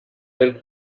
del